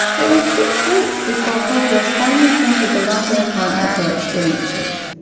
it was six weeks before collier's finally printed the longer account of her experiences.